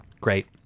great